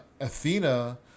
Athena